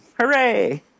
Hooray